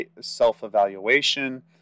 self-evaluation